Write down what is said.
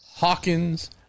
Hawkins